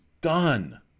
done